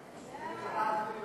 10), התשע"ז 2017,